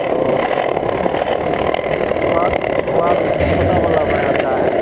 तो ना तो स्वाद स्वाद छोटा वाला में आता है